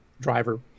driver